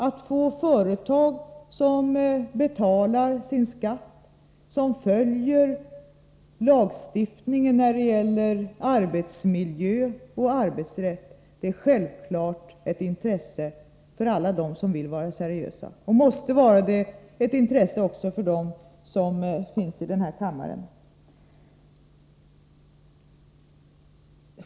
Att få företag som betalar sin skatt och som följer lagstiftningen när det gäller arbetsmiljö och arbetsrätt är självfallet ett intresse för alla dem som vill vara seriösa och måste vara ett intresse också för riksdagens ledamöter.